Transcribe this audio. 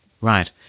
Right